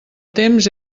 temps